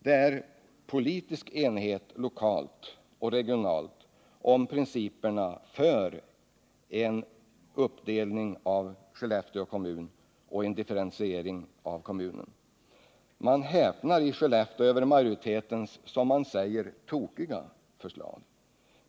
Det är politisk enighet lokalt och regionalt om principerna för en uppdelning och differentiering av kommunen. Man häpnar i Skellefteå över majoritetens, som man säger, tokiga förslag.